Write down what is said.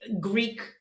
Greek